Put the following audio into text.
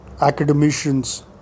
academicians